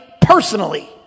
personally